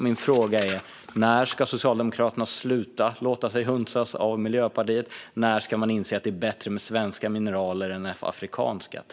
Min fråga är: När ska Socialdemokraterna sluta att låta sig hunsas av Miljöpartiet, och när ska man inse att det är bättre med svenskt mineral än med afrikanskt?